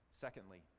Secondly